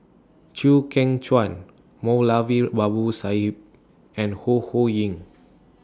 Chew Kheng Chuan Moulavi Sahib and Ho Ho Ying